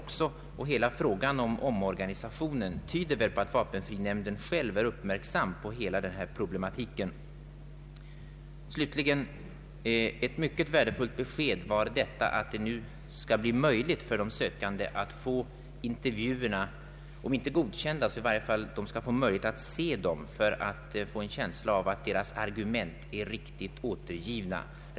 Den omorganisation som planeras tyder på att man inom vapenfrinämnden uppmärksammat denna problematik. Slutligen var det ett mycket värdefullt besked att det nu skall bli möjligt för de sökande att få godkänna intervjuerna eller i varje fall se dem för att övertyga sig om att deras argument är riktigt återgivna.